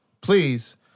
Please